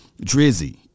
Drizzy